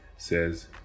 says